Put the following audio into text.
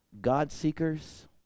God-seekers